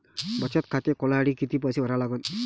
बचत खाते खोलासाठी किती पैसे भरा लागन?